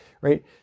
right